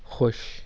خوش